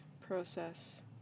process